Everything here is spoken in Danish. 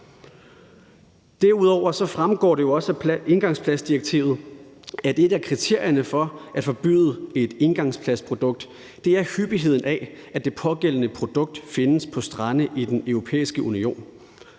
Derudover fremgår det jo også af engangsplastdirektivet, at et af kriterierne for at forbyde et engangsplastprodukt er hyppigheden af, at det pågældende produkt findes på strande i Den Europæiske Union.